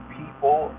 people